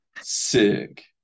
Sick